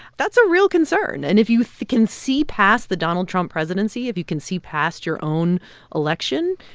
that's a real concern. and if you can see past the donald trump presidency, if you can see past your own election,